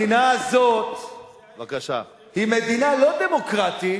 המדינה הזאת היא מדינה לא דמוקרטית,